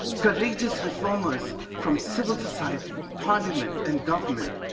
courageous reformers from civil society, parliament and government,